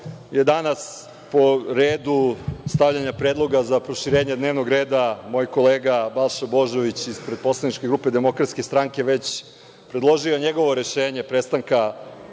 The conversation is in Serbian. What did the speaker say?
je danas, po redu stavljanje predloga za proširenje dnevnog reda, moj kolega Balša Božović, ispred poslaničke grupe DS, već predložio rešenje prestanka